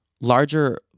larger